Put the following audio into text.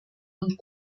und